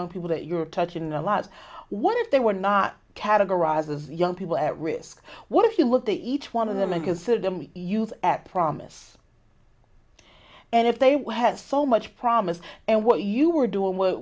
g people that you're touching a lot what if they were not categorized as young people at risk what if you look at each one of them and consider them youth at promise and if they were has so much promise and what you were doing were